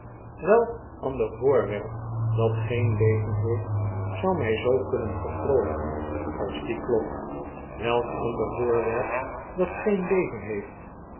welk ander voorwerp dat geen leven heeft zou mij zoo kunnen vervrooljjken als die klok welk ander voorwerp dat geen leven heeft